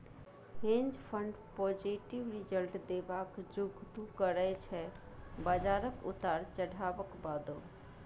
हेंज fund positive result देबाक जुगुत करय छै बजारक उतार चढ़ाबक बादो